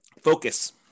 Focus